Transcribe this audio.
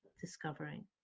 discovering